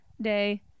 day